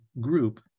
group